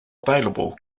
available